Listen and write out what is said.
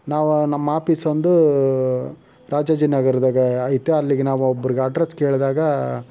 ನಾವು ನಮ್ಮ ಆಪೀಸೊಂದು ರಾಜಾಜಿನಗರದಾಗ ಐತೆ ಅಲ್ಲಿಗೆ ನಾವು ಒಬ್ರಿಗೆ ಅಡ್ರೆಸ್ ಕೇಳಿದಾಗ